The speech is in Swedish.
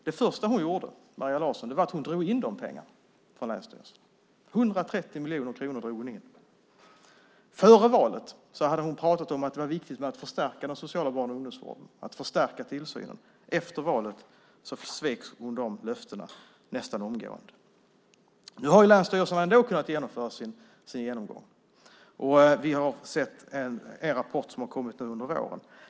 Det första Maria Larsson gjorde var att dra in pengarna från länsstyrelserna. Hon drog in 130 miljoner kronor. Före valet hade hon pratat om att det var viktigt att förstärka tillsynen av den sociala barn och ungdomsvården. Efter valet svek hon de löftena nästan omgående. Nu har länsstyrelserna ändå kunnat göra sin genomgång. Vi har sett er rapport som har lagts fram under våren.